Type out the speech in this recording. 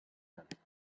himself